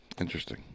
Interesting